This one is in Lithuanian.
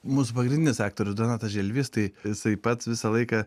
mūsų pagrindinis aktorius donatas želvys tai jisai pats visą laiką